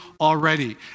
already